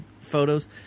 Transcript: photos